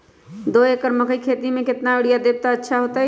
दो एकड़ मकई के खेती म केतना यूरिया देब त अच्छा होतई?